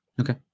Okay